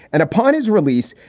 and upon his release,